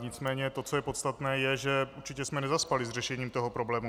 Nicméně to, co je podstatné, je, že určitě jsme nezaspali s řešením toho problému.